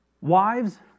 Wives